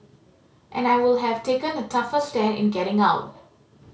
and I would have taken a tougher stand in getting out